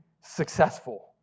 successful